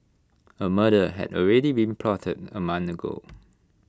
A murder had already been plotted A month ago